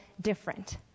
different